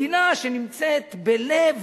מדינה שנמצאת בלב